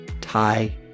Thai